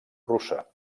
russa